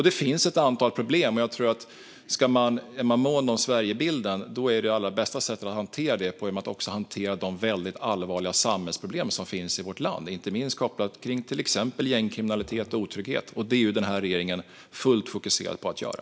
Det finns ett antal problem, och är man mån om Sverigebilden tror jag att det allra bästa sättet att hantera det på är att hantera de väldigt allvarliga samhällsproblem som finns i vårt land - inte minst kopplat exempelvis till gängkriminalitet och otrygghet. Det är denna regering fullt fokuserad på att göra.